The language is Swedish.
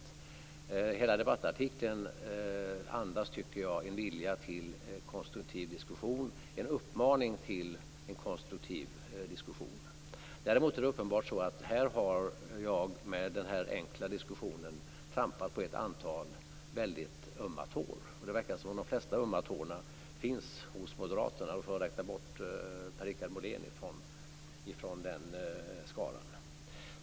Jag tycker att hela debattartikeln andas en vilja till konstruktiv diskussion och en uppmaning till en konstruktiv diskussion. Däremot är det uppenbarligen så att jag med den här enkla diskussionen har trampat på ett antal väldigt ömma tår. Det verkar som om de flesta ömma tårna finns hos Moderaterna, men vi får räkna bort Per Richard Molén från den skaran.